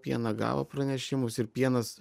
pieną gavo pranešimus ir pienas